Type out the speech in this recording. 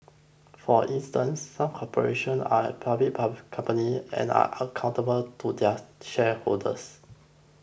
for instance some corporations are public companies and are accountable to their shareholders